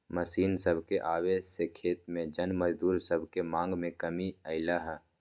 machine सभके आबे से खेती के जन मजदूर सभके मांग में कमी अलै ह